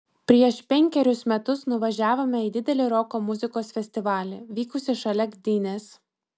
prieš penkerius metus nuvažiavome į didelį roko muzikos festivalį vykusį šalia gdynės